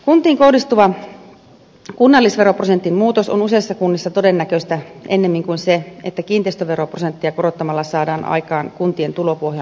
kuntiin kohdistuva kunnallisveroprosentin muutos on useissa kunnissa todennäköistä ennemmin kuin se että kiinteistöveroprosenttia korottamalla saadaan aikaan kuntien tulopohjan vahvistumista